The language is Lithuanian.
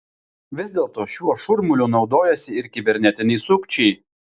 vis dėlto šiuo šurmuliu naudojasi ir kibernetiniai sukčiai